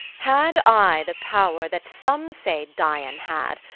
had i the pow'r that some say dian had,